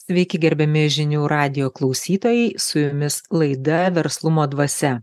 sveiki gerbiami žinių radijo klausytojai su jumis laida verslumo dvasia